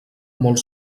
molt